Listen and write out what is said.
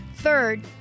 Third